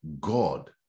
God